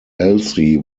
elsie